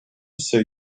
say